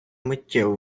миттєво